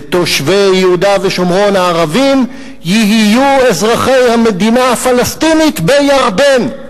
ותושבי יהודה ושומרון הערבים יהיו אזרחי המדינה הפלסטינית בירדן,